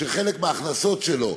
שחלק מההכנסות שלו,